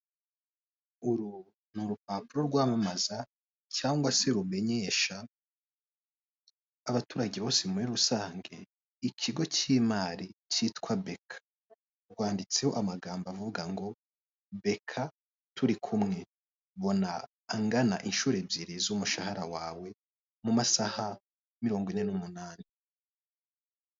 Uru n'urupapuro rwamamaza cyangwa se rumenyesha abaturage bose muri rusange ikigo cy'imari kitwa BK, rwanditseho amagambo avuga ngo "BK turi kumwe. Bona angana inshuro ebyeri z'umushahara wawe mu masaha mirongo ine n'umunani".